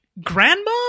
grandma